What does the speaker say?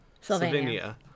Sylvania